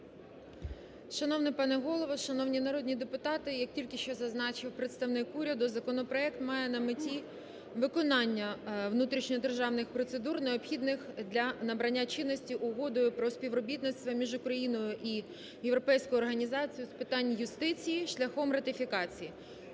Шановний пане голово, шановні народні депутати! Як тільки що зазначив представник уряду, законопроект має на меті виконання внутрішньодержавних процедур, необхідних для набрання чинності Угоди про співробітництво між Україною та Європейською організацією з питань юстиції шляхом ратифікації.